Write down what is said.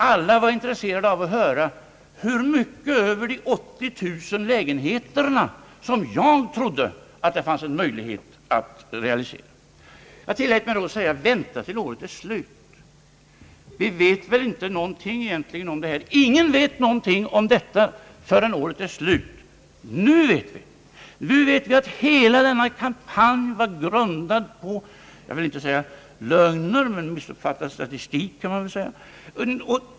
Alla var intresserade av att höra hur mycket över de 80 000 lägenheterna som jag trodde att det fanns möjlighet att bygga. Jag tillät mig då att säga: »Vänta tills året är slut. Ingen vet någonting om detta förrän året är slut.» Nu vet vi det. Vi vet att hela denna kampanj var grundad på, jag vill inte säga lögner men missuppfattad statistik.